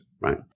right